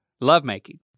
lovemaking